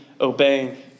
obeying